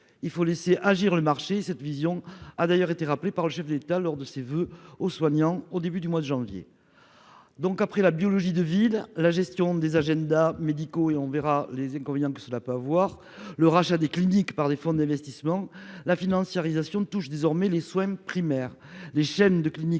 il faut laisser agir le marché cette vision a d'ailleurs été rappelée par le chef de l'État lors de ses voeux aux soignants au début du mois de janvier. Donc après la biologie de vide, la gestion des agendas médicaux et on verra les inconvénients que cela peut avoir le rachat des cliniques par des fonds d'investissement la financiarisation de touche désormais les soins primaires, les chaînes de cliniques